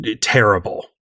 terrible